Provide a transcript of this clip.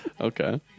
Okay